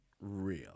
real